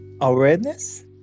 Awareness